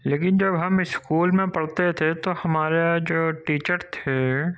لیکن جب ہم اسکول میں پڑھتے تھے تو ہمارے یہاں جو ٹیچر تھے